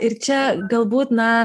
ir čia galbūt na